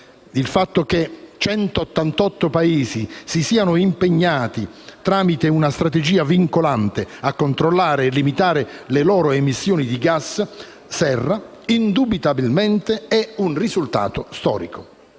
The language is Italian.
Il fatto che 188 Paesi si siano impegnati, tramite una strategia vincolante, a controllare e limitare le loro emissioni di gas serra indubitabilmente è un risultato storico.